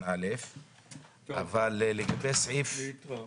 לאחר